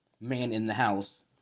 man-in-the-house